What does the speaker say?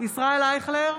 ישראל אייכלר,